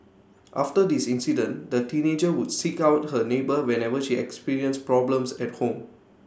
after this incident the teenager would seek out her neighbour whenever she experienced problems at home